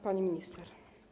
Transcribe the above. Pani Minister!